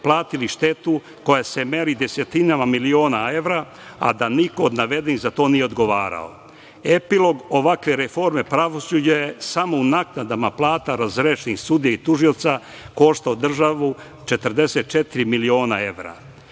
platili štetu koja se meri desetinama miliona evra, a da niko od navedenih za to nije odgovarao. Epilog ovakve reforme pravosuđa je samo u naknadama plata razrešenih sudija i tužioca koštao državu 44 miliona evra.